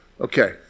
Okay